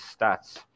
stats